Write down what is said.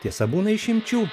tiesa būna išimčių